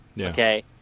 Okay